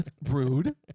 Rude